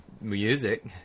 music